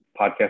podcast